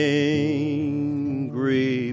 angry